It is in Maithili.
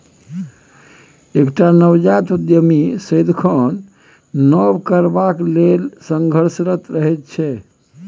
एकटा नवजात उद्यमी सदिखन नब करबाक लेल संघर्षरत रहैत छै